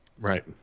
right